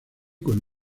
con